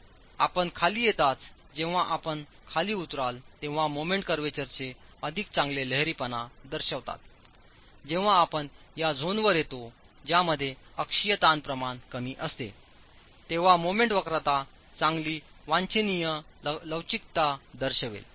आपण खाली येताचजेव्हा आपण खाली उतराल तेव्हा मोमेंट क्रवर्चर्स अधिक चांगले लहरीपणा दर्शवितात आणि जेव्हा आपण या झोनवर येता ज्यामध्ये अक्षीय ताण प्रमाण कमी असते तेव्हा मोमेंट वक्रता चांगली वांछनीय लवचिकता दर्शवेल